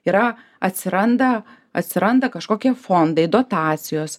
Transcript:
yra atsiranda atsiranda kažkokie fondai dotacijos